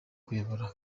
kuyobora